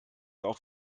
auf